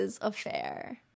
affair